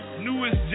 newest